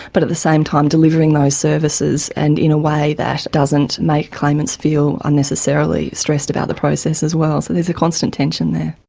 but at the same time delivering those services and in a way that doesn't make claimants feel unnecessarily stressed about the process as well. so there's a constant tension there.